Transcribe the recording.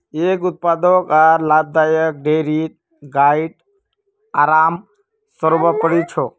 एक उत्पादक आर लाभदायक डेयरीत गाइर आराम सर्वोपरि छ